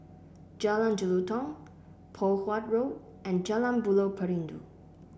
Jalan Jelutong Poh Huat Road and Jalan Buloh Perindu